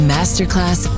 Masterclass